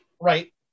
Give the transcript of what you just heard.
right